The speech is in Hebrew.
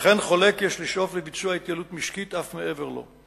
אך אין חולק כי יש לשאוף לביצוע התייעלות משקית אף מעבר לו.